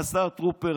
השר טרופר,